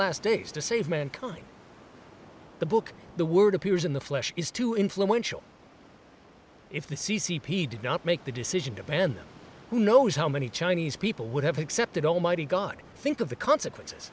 last days to save mankind the book the word appears in the flesh is too influential if the c c p did not make the decision to ban them who knows how many chinese people would have accepted almighty god think of the consequences